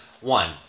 one